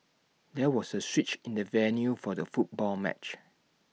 there was A switch in the venue for the football match